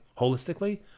holistically